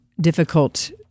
difficult